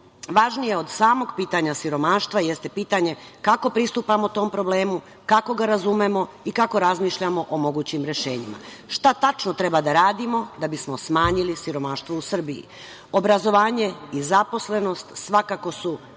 životu. Važnije od samog pitanja siromaštva jeste pitanje kako pristupamo tom problemu, kako ga razumemo i kako razmišljamo o mogućim rešenjima. Šta tačno treba da radimo da bismo smanjili siromaštvo u Srbiji. Obrazovanje i zaposlenost svakako su